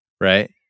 Right